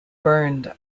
burned